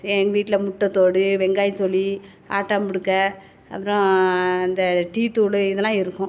எங்கள் வீட்டில் முட்டை ஓடு வெங்காய தோலி ஆட்டாம் புழுக்க அப்புறம் அந்த டீ தூள் இதெல்லாம் இருக்கும்